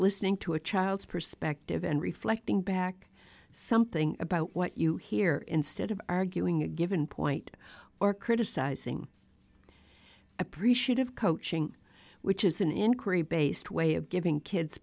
listening to a child's perspective and reflecting back something about what you hear instead of arguing a given point or criticizing appreciative coaching which is an inquiry based way of giving kids